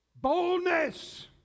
Boldness